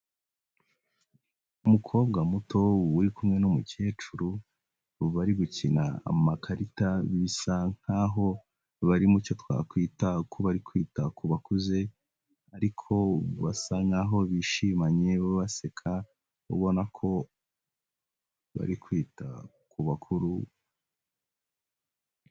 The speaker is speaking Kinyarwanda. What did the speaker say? Umukobwa muto uri kumwe n'umukecuru bari gukina amakarita bisa nkaho bari mucyo twakwita ko bari kwita ku bakuze, ariko basa nkaho bishimanye baseka, ubona ko bari kwita ku bakuru.